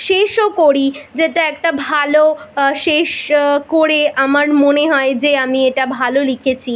শেষও করি যেটা একটা ভালো শেষ করে আমার মনে হয় যে আমি এটা ভালো লিখেছি